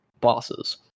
bosses